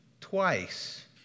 twice